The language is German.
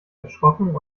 erschrocken